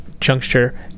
juncture